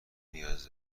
نیاز